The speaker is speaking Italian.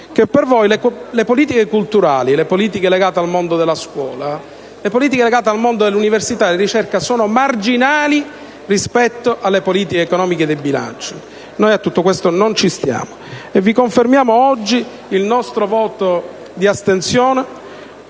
per voi le politiche culturali e le politiche legate al mondo della scuola, dell'università e della ricerca sono marginali rispetto alle politiche economiche e di bilancio. Noi a tutto questo non ci stiamo, e vi confermiamo oggi il nostro voto di astensione